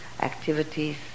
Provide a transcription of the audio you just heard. activities